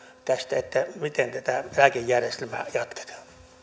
tästä miten tätä eläkejärjestelmää jatketaan